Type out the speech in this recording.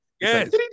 yes